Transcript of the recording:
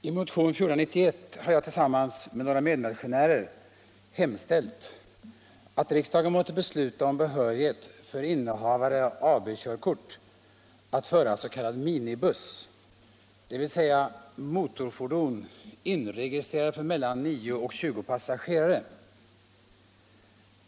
Herr talman! I motionen 1491 har jag och några medmotionärer hemställt att riksdagen måtte besluta om behörighet för innehavare av AB körkort att föra s.k. minibuss, dvs. motorfordon inregistrerat för mellan 9 och 20 passagerare.